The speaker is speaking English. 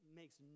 makes